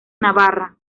navarra